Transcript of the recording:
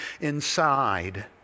inside